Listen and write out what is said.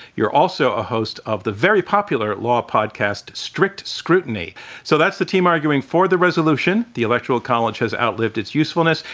you're also a host of the very popular law podcast, strict scrutiny. so, that's the team arguing for the resolution, the electoral college has outlived its usefulness.